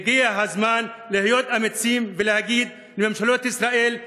הגיע הזמן להיות אמיצים ולהגיד לממשלות ישראל,